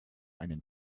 einen